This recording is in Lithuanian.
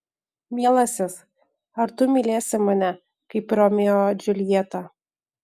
mielasis ar tu mylėsi mane kaip romeo džiuljetą